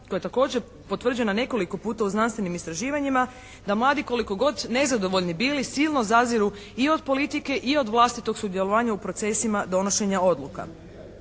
koja je također potvrđena nekoliko puta u znanstvenim istraživanjima da mladi koliko god nezadovoljni bili silno zaziru i od politike i od vlastitog sudjelovanja u procesima donošenja odluka.